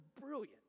brilliant